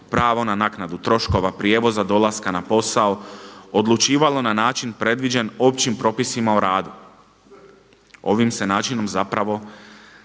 pravo na naknadu troškova prijevoza dolaska na posao odlučivalo na način predviđen općim propisima o radu. Ovim se načinom zapravo